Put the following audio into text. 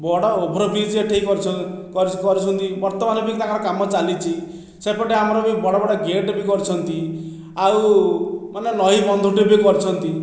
ବଡ଼ ଓଭରବ୍ରିଜ୍ ଏଠି କରି କରିଛନ୍ତି ବର୍ତ୍ତମାନ ବି ତାଙ୍କର କାମ ଚାଲିଛି ସେପଟେ ଆମର ବି ବଡ଼ ବଡ଼ ଗେଟ୍ ବି କରିଛନ୍ତି ଆଉ ମାନେ ନଈ ବନ୍ଧଟେ ବି କରିଛନ୍ତି